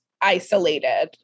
isolated